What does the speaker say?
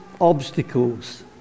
obstacles